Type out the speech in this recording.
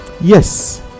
yes